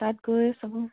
তাত গৈ চব